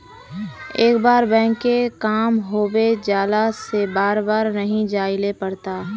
एक बार बैंक के काम होबे जाला से बार बार नहीं जाइले पड़ता?